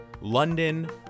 London